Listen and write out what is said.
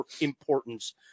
importance